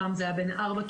פעם זה היה בין ארבע קירות,